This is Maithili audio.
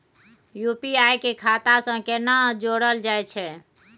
यु.पी.आई के खाता सं केना जोरल जाए छै?